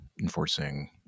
enforcing